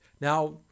Now